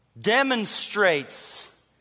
demonstrates